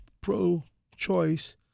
pro-choice